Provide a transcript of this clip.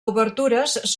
obertures